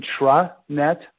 intranet